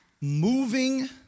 moving